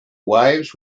waves